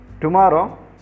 tomorrow